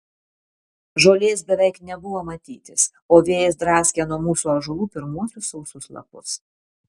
žolės beveik nebuvo matytis o vėjas draskė nuo mūsų ąžuolų pirmuosius sausus lapus